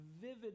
vivid